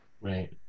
Right